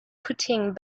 putting